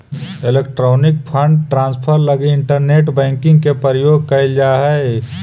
electronic fund transfer लगी internet banking के प्रयोग कैल जा हइ